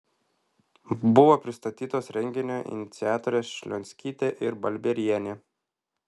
buvo pristatytos renginio iniciatorės šlionskytė ir balbierienė